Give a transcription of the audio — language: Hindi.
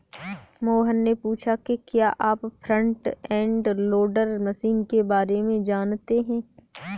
मोहन ने पूछा कि क्या आप फ्रंट एंड लोडर मशीन के बारे में जानते हैं?